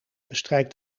bestrijkt